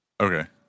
Okay